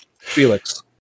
Felix